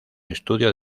estudio